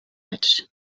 edge